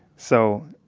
so